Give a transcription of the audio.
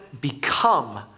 become